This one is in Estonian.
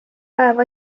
päev